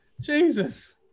jesus